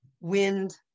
wind